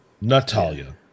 Natalia